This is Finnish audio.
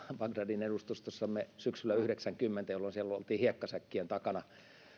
bagdadin edustustossamme syksyllä yhdeksänkymmentä jolloin siellä oltiin hiekkasäkkien takana